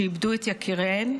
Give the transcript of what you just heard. שאיבדו את יקיריהן.